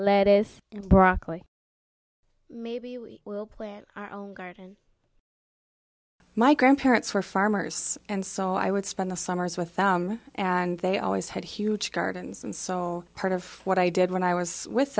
leadeth broccoli maybe you will plant our own garden my grandparents were farmers and so i would spend the summers with them and they always had huge gardens and so part of what i did when i was with